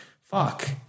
fuck